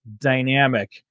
dynamic